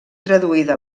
traduïda